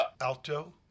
alto